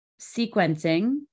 sequencing